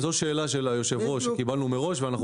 זאת שאלה של היושב ראש שקיבלנו מראש ואנחנו